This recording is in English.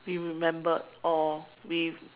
we remembered or we